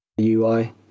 UI